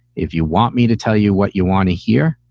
if you want me to tell you what you want to hear,